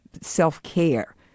self-care